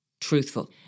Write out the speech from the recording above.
truthful